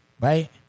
Right